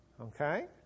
Okay